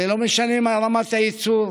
זה לא משנה מה רמת הייצור,